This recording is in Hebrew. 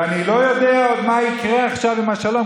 ואני לא יודע עוד מה יקרה עכשיו עם השלום.